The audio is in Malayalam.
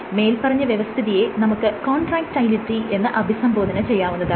മേല്പറഞ്ഞ വ്യസ്ഥിതിയെ നമുക്ക് കോൺട്രാക്റ്റയിലിറ്റി എന്ന് അഭിസംബോധന ചെയ്യാവുന്നതാണ്